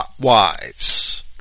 wives